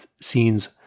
scenes